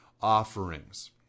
offerings